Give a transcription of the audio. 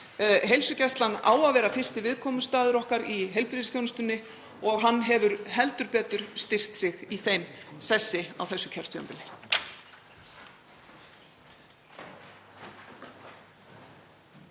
Heilsugæslan á að vera fyrsti viðkomustaður okkar í heilbrigðisþjónustunni og hún hefur heldur betur styrkt sig í þeim sessi á þessu kjörtímabili.